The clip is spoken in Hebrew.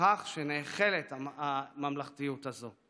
בכך שנאכלת הממלכתיות הזאת.